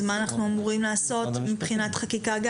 אז מה אנחנו אמורים לעשות מבחינת חקיקה?